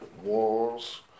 wars